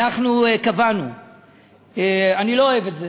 אני לא אוהב את זה,